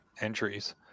entries